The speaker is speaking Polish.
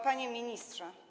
Panie Ministrze!